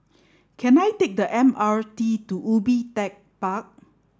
can I take the M R T to Ubi Tech Park